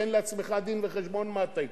תן לעצמך דין-וחשבון מה הטייקונים.